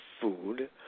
food